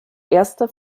erste